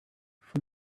for